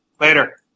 Later